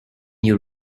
you